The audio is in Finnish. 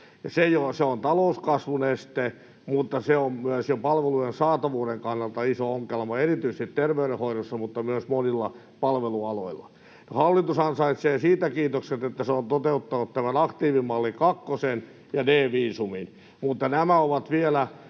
Se on talouskasvun este, mutta se on myös jo palvelujen saatavuuden kannalta iso ongelma, erityisesti terveydenhoidossa mutta myös monilla palvelualoilla. Hallitus ansaitsee siitä kiitokset, että se on toteuttanut aktiivimalli kakkosen ja D‑viisumin. Ne ovat oikeita